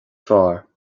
fearr